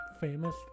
famous